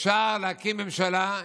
אפשר להקים ממשלה,